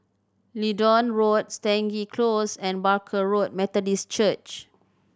Leedon Road Stangee Close and Barker Road Methodist Church